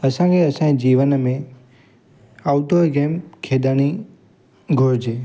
असांखे असांजे जीवन में आऊटडोर गेम खेॾिणी घुरिजे